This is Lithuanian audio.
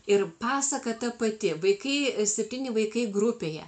ir pasaka ta pati vaikai septyni vaikai grupėje